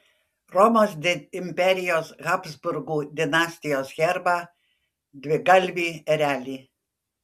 romos imperijos habsburgų dinastijos herbą dvigalvį erelį